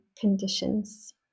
conditions